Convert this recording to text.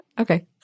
Okay